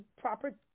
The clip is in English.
proper